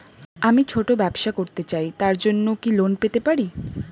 আমি ছোট ব্যবসা করতে চাই তার জন্য কি লোন পেতে পারি?